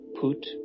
Put